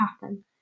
happen